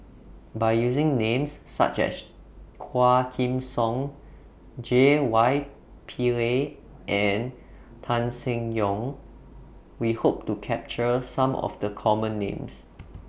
By using Names such as Quah Kim Song J Y Pillay and Tan Seng Yong We Hope to capture Some of The Common Names